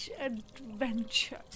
adventure